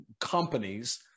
companies